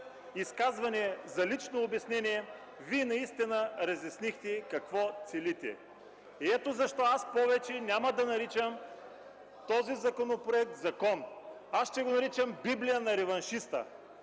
изказване за лично обяснение Вие наистина разяснихте какво целите. Ето защо аз повече няма да наричам този законопроект „закон”, ще го наричам „библия на реваншизма”.